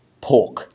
pork